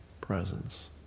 presence